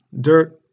dirt